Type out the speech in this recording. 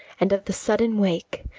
and of the sudden wake,